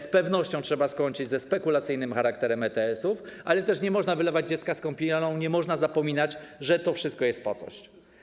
Z pewnością trzeba skończyć ze spekulacyjnym charakterem ETS-u, ale też nie można wylewać dziecka z kąpielą, nie można zapominać, że to wszystko jest po coś.